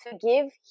forgive